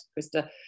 Krista